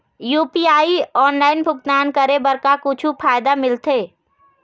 UPI online भुगतान करे बर का कुछू फायदा मिलथे?